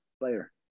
player